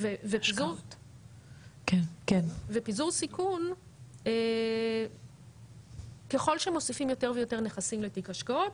ופיזור סיכון ככל שמוסיפים יותר ויותר נכסים לתיק השקעות